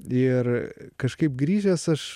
ir kažkaip grįžęs aš